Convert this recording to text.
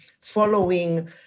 following